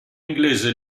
inglese